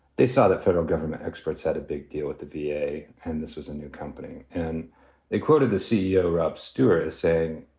they saw the federal government experts had a big deal with the v a. and this was a new company. and they quoted the ceo, rob stewart, as saying,